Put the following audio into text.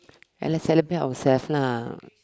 ya lah celebrate ourself lah